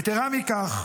יתרה מזו,